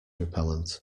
repellent